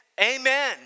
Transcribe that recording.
Amen